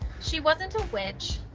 she wasn't a witch!